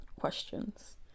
questions